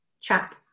chap